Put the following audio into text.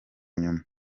nyuma